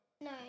No